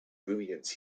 brilliance